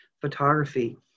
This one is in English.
photography